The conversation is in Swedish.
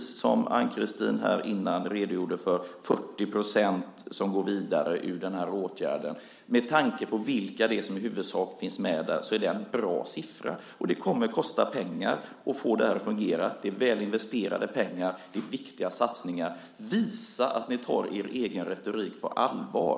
Som Ann-Kristine nyss redogjorde för är det 40 % som går vidare från den här åtgärden. Med tanke på vilka det är som i huvudsak finns med där är det en bra siffra. Det kommer att kosta pengar att få det här att fungera, men det är väl investerade pengar och viktiga satsningar. Visa att ni tar er egen retorik på allvar!